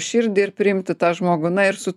širdį ir priimti tą žmogų na ir su